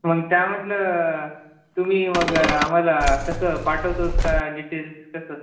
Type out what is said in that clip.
मग त्यामधलं तुम्ही मग आम्हाला कसं पाठवतो का डिटेल्स कसं